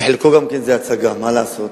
שחלקו זה גם הצגה, מה לעשות?